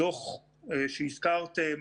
הדוח שהזכרתם,